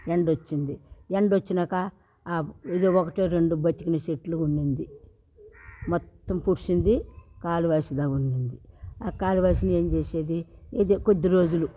ఎండొచ్చింది ఎండొచ్చినాక ఏదో ఒకటో రెండో బ్రతికినాయి చెట్లు ఉండింది మొత్తం పూడ్చింది కాలువాసిగా ఉండింది ఆ కాలువేసినవి ఏం చేసేది ఏదో కొద్ది రోజులు